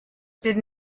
did